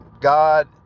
god